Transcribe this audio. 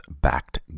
backed